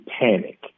panic